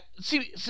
see